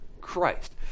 Christ